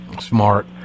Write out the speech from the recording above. Smart